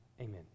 amen